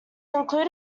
included